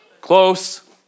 Close